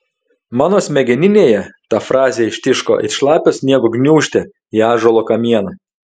mano smegeninėje ta frazė ištiško it šlapio sniego gniūžtė į ąžuolo kamieną